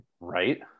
Right